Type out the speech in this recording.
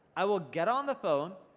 i will get on the phone,